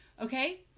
Okay